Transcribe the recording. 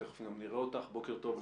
תכף גם נראה אותך, בוקר טוב לך.